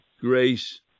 grace